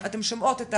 אתן שומעות,